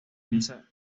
utiliza